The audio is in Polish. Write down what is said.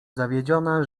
zawiedziona